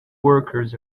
workers